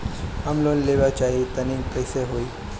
हम लोन लेवल चाह तानि कइसे होई?